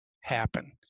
happen